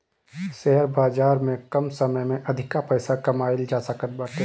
share बाजार में कम समय में अधिका पईसा कमाईल जा सकत बाटे